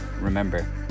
remember